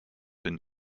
been